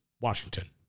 Washington